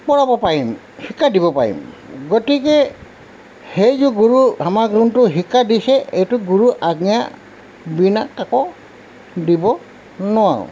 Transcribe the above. পঢ়াব পাৰিম শিক্ষা দিব পাৰিম গতিকে সেই যে গুৰু আমাক যোনটো শিক্ষা দিছে সেইটো গুৰু আজ্ঞা বিনা কাকো দিব নোৱাৰোঁ